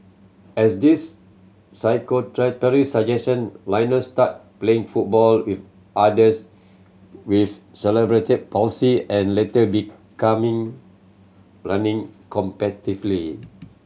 as this physiotherapist suggestion Lionel started playing football with others with celebrity palsy and later becoming running competitively